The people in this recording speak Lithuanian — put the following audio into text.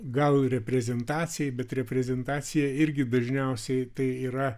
gal reprezentacijai bet reprezentacija irgi dažniausiai tai yra